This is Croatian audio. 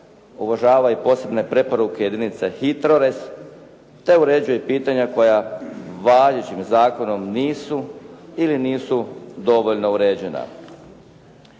uvažava i posebne preporuke jedinice HITROREZ te uređuje pitanja koja važećim zakonom nisu ili nisu dovoljno uređena.